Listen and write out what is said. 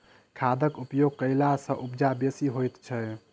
खादक उपयोग कयला सॅ उपजा बेसी होइत छै